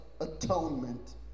atonement